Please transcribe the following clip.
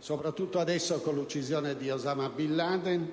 Soprattutto adesso, con l'uccisione di Osama Bin Laden,